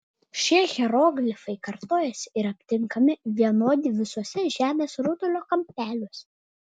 šie hieroglifai kartojasi ir aptinkami vienodi visuose žemės rutulio kampeliuose